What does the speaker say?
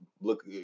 look